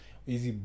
easy